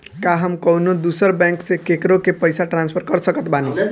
का हम कउनों दूसर बैंक से केकरों के पइसा ट्रांसफर कर सकत बानी?